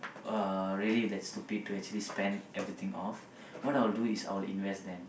uh really that stupid to actually spend everything off what I'll do is I'll invest them